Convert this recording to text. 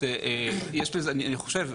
אני חושב,